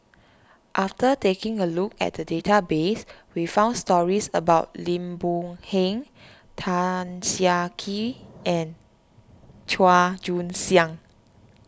after taking a look at the database we found stories about Lim Boon Heng Tan Siah Kwee and Chua Joon Siang